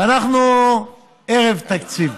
ואנחנו ערב תקציב,